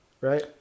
right